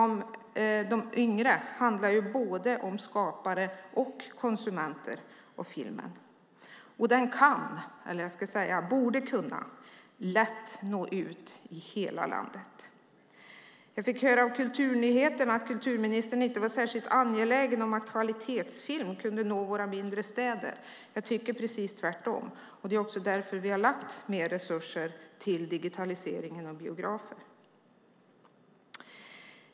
De yngre är både skapare och konsumenter av film. Filmen borde lätt kunna nå ut i hela landet. Jag fick höra på Kulturnyheterna att kulturministern inte var särskilt angelägen om att kvalitetsfilm kunde nå våra mindre städer. Jag tycker precis tvärtom. Det är också därför vi har lagt mer resurser till digitaliseringen av biografer.